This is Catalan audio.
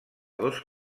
dos